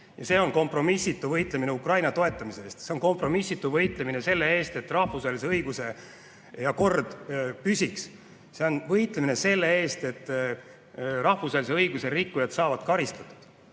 see on kompromissitu võitlemine Ukraina toetamise eest, see on kompromissitu võitlemine selle eest, et rahvusvahelise õiguse kord püsiks, see on võitlemine selle eest, et rahvusvahelise õiguse rikkujad saaksid karistatud.